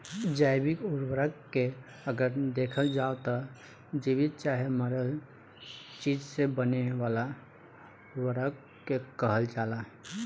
जैविक उर्वरक के अगर देखल जाव त जीवित चाहे मरल चीज से बने वाला उर्वरक के कहल जाला